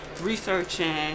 researching